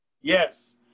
Yes